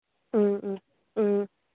ꯎꯝ ꯎꯝ ꯎꯝ